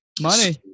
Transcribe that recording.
Money